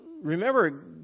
Remember